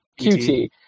QT